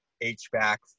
h-back